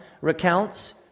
recounts